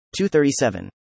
237